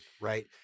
right